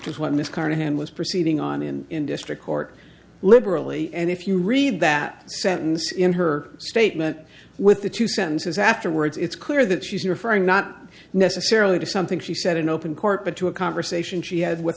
what ms carnahan was proceeding on in district court liberally and if you read that sentence in her statement with the two sentences afterwards it's clear that she's referring not necessarily to something she said in open court but to a conversation she had with